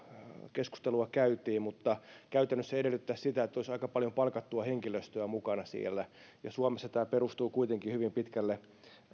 keskustelua käytiin käytännössä se edellyttäisi sitä että olisi aika paljon palkattua henkilöstöä mukana siellä ja suomessa tämä perustuu kuitenkin hyvin pitkälle